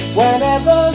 whenever